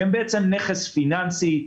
שהם בעצם נכס פיננסי,